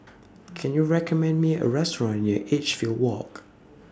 Can YOU recommend Me A Restaurant near Edgefield Walk